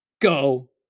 go